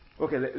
Okay